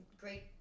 great